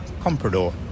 comprador